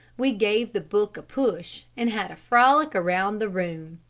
we gave the book a push and had a frolic around the room.